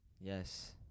Yes